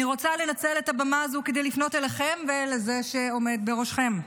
אני רוצה לנצל את הבמה הזו כדי לפנות אליכם ואל זה שעומד בראשכם.